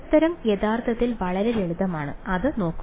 ഉത്തരം യഥാർത്ഥത്തിൽ വളരെ ലളിതമാണ് അത് നോക്കുക